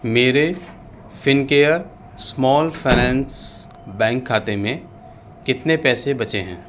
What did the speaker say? میرے Fincare small finance bank کھاتے میں کتنے پیسے بچے ہیں